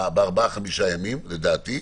בארבעה-חמישה ימים, לדעתי.